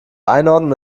einordnung